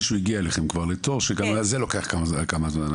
שהוא כבר הגיע אליכם לתור שגם זה לוקח כמה זמן.